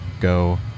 go